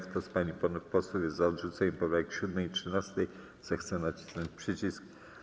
Kto z pań i panów posłów jest za odrzuceniem poprawek 7. i 13., zechce nacisnąć przycisk.